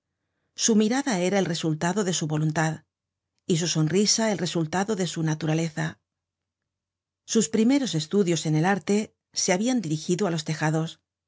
su mirada era el resultado de su voluntad y su sonrisa el resultado de su naturaleza sus primeros estudios en el arte se habian dirigido á los tejados